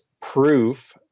proof